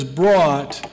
brought